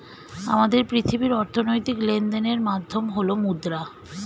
আমাদের পৃথিবীর অর্থনৈতিক লেনদেনের মাধ্যম হল মুদ্রা